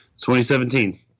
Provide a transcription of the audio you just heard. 2017